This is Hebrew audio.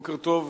בוקר טוב.